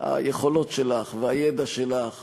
היכולות שלך והידע שלך